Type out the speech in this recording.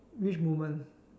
which moment